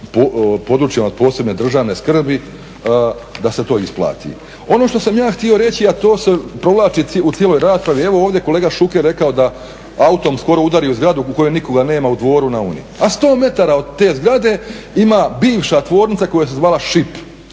područjima od posebne državne skrbi da se to isplati. Ono što sam ja htio reći a to se provlači u cijeloj raspravi evo ovdje je kolega Šuker rekao da je autom skoro udario zgradu u kojem nikoga nema u Dvoru na Uni. A 100 metara od te zgrade ima bivša tvornica koja se zvala ŠIP,